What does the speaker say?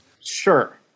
Sure